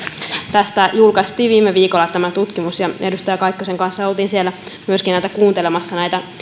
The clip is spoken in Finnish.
tästä julkaistiin viime viikolla tämä tutkimus ja edustaja kaikkosen kanssa myöskin olimme siellä kuuntelemassa näitä